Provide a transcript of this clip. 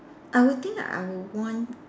I will think I would want